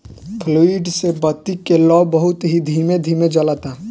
fluid से बत्ती के लौं बहुत ही धीमे धीमे जलता